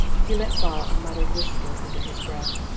he let fall a muttered whisper under his breath.